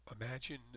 imagine